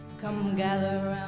come gather